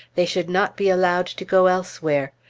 they should not be allowed to go elsewhere.